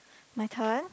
my turn